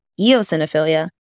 eosinophilia